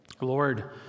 Lord